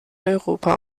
europa